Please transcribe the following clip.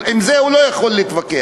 עם זה הוא לא יכול להתווכח.